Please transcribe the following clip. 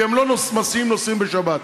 כי הם לא מסיעים נוסעים בשבת.